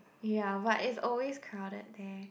ya but it's always crowded there